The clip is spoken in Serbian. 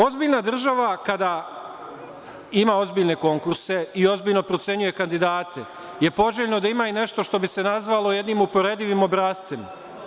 Ozbiljna država, kada ima ozbiljne konkurse i ozbiljno procenjuje kandidate je poželjno da ima nešto što bi se nazvalo jednim uporedivim obrascem.